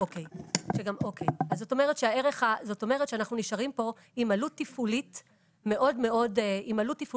זאת אומרת שאנחנו נשארים פה עם עלות תפעולית מאוד מאוד גבוהה.